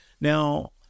Now